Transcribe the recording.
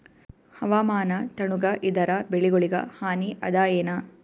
ಹವಾಮಾನ ತಣುಗ ಇದರ ಬೆಳೆಗೊಳಿಗ ಹಾನಿ ಅದಾಯೇನ?